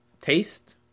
taste